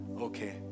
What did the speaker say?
Okay